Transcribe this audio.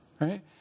right